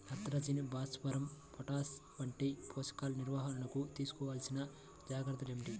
నత్రజని, భాస్వరం, పొటాష్ వంటి పోషకాల నిర్వహణకు తీసుకోవలసిన జాగ్రత్తలు ఏమిటీ?